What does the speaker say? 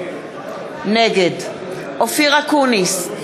נגד אופיר אקוניס,